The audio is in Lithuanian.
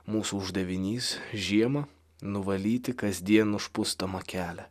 mūsų uždavinys žiemą nuvalyti kasdien užpustomą kelią